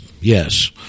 yes